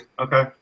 Okay